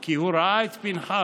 כי הוא ראה את פינחס,